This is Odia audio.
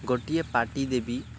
ଗୋଟିଏ ପାର୍ଟି ଦେବି